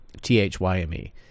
T-H-Y-M-E